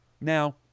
now